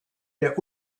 der